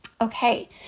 okay